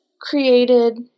created